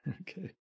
Okay